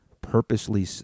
purposely